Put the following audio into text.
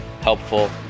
helpful